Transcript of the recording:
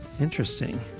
interesting